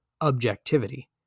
objectivity